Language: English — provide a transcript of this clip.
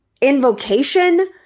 invocation